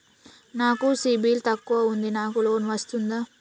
నాకు సిబిల్ తక్కువ ఉంది నాకు లోన్ వస్తుందా?